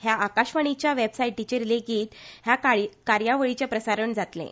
ह्या आकाशवाणीच्या वॅबसायटीचेर लेगीत ह्या कार्यावळीचें प्रसारण जातलें